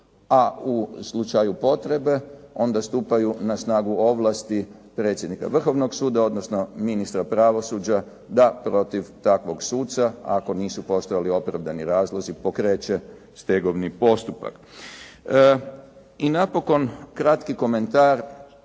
a u slučaju potrebe, onda stupaju na snagu ovlasti predsjednika Vrhovnog suda, odnosno ministra pravosuđa da protiv takvog suca ako nisu postojali opravdani razlozi pokreće stegovni postupak. I napokon, kratki komentar